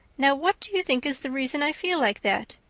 now, what do you think is the reason i feel like that?